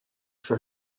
for